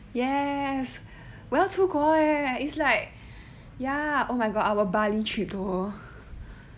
yes 我要出国 leh it's like ya oh my god our bali trip though